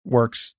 Works